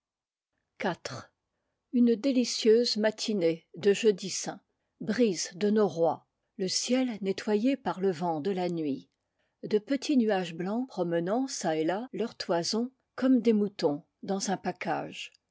iv une délicieuse matinée cle jeudi saint brise de noroît le ciel nettoyé par le vent de la nuit de petits nuages blancs promenant çà et là leurs toisons comme des moutons dans un pacage